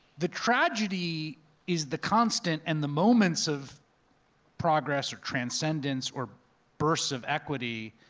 the tragedy is the constant, and the moments of progress or transcendence, or bursts of equity,